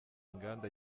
inganda